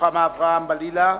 רוחמה אברהם-בלילא.